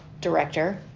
director